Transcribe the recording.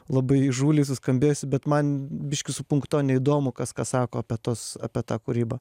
labai įžūliai suskambėsiu bet man biškį su punkto neįdomu kas ką sako apie tuos apie tą kūrybą